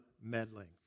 meddling